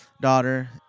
daughter